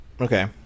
Okay